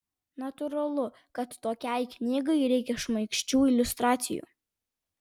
natūralu kad tokiai knygai reikia šmaikščių iliustracijų